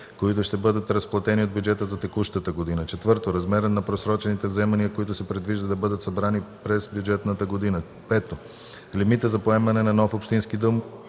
които ще бъдат разплатени от бюджета за текущата година; 4. размера на просрочените вземания, които се предвижда да бъдат събрани през бюджетната година; 5. лимита за поемане на нов общински дълг,